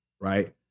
right